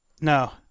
No